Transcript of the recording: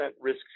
risk